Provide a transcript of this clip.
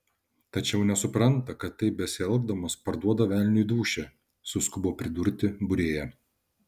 tačiau nesupranta kad taip besielgdamos parduoda velniui dūšią suskubo pridurti būrėja